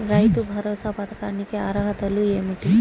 రైతు భరోసా పథకానికి అర్హతలు ఏమిటీ?